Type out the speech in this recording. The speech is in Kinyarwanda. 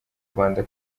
rwanda